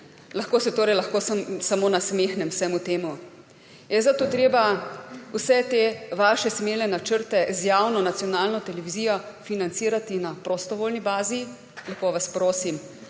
Lahko se torej lahko samo nasmehnem vsemu temu. Je zato treba vse te vaše smele načrte z javno nacionalno televizijo financirati na prostovoljni bazi? Lepo vas prosim?